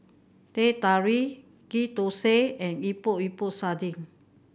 Teh Tarik Ghee Thosai and Epok Epok Sardin